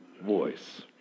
voice